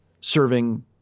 serving